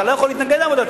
אתה לא יכול להתנגד לעבודתה.